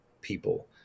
people